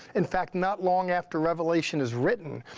in fact, not long after revelation is written,